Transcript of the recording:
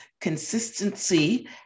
consistency